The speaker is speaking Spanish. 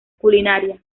culinaria